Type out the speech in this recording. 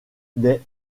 des